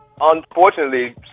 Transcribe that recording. unfortunately